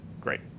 great